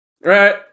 right